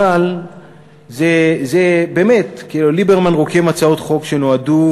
אבל זה באמת כאילו ליברמן רוקם הצעות חוק שנועדו